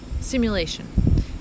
simulation